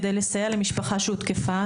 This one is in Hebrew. כדי לסייע למשפחה שהותקפה.